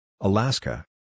Alaska